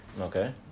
Okay